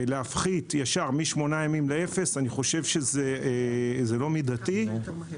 להפחית ישר מ-8 ימים ל-0 זה לא מידתי לטעמי.